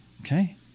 okay